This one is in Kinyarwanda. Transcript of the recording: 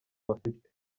bafite